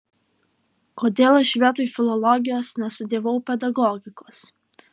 kodėl aš vietoj filologijos nestudijavau pedagogikos